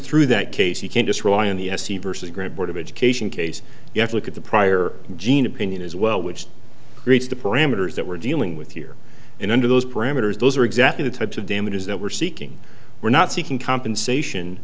through that case you can't just rely on the se versus grant board of education case you have to look at the prior gene opinion as well which creates the parameters that we're dealing with here and under those parameters those are exactly the types of damages that we're seeking we're not seeking compensation